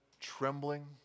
trembling